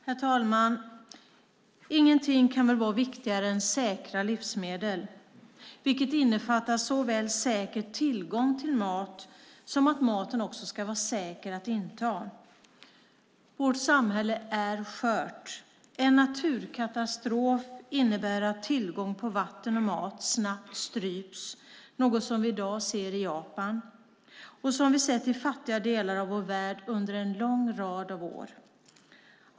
Herr talman! Ingenting kan väl vara viktigare än säkra livsmedel, vilket innefattar såväl säker tillgång till mat som att maten ska vara säker att inta. Vårt samhälle är skört - en naturkatastrof innebär att tillgång på vatten och mat snabbt stryps, något som vi i dag ser i Japan och som vi sett i fattiga delar av vår värld under en lång rad av år.